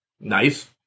Nice